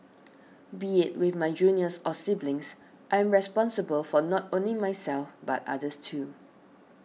be it with my juniors or siblings I'm responsible for not only myself but others too